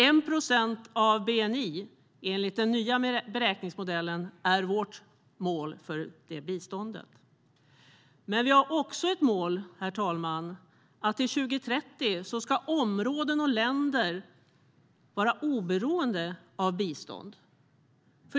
1 procent av bni, enligt den nya beräkningsmodellen, är vårt mål för biståndet. Vi har också ett mål, herr talman, att till 2030 ska områden och länder vara oberoende av bistånd.